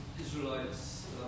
Israelites